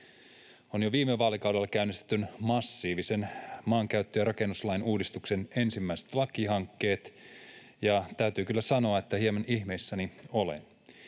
jo viime vaalikaudella käynnistetyn massiivisen maankäyttö- ja rakennuslain uudistuksen ensimmäiset lakihankkeet, ja täytyy kyllä sanoa, että hieman ihmeissäni olen.